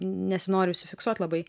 nesinori užsifiksuot labai